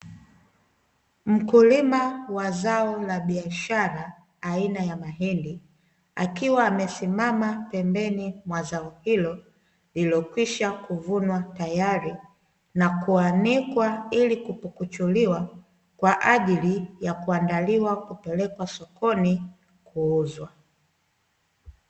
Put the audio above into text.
Mkulima wa zao la biashara aina ya mahindi, akiwa amesimama pembeni mwa zao hilo, lililokwisha kuvunwa tayari na kuanikwa ili kupukuchuliwa, kwa ajili ya kuandaliwa ili kupelekwa sokoni kuuzwa.